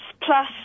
plus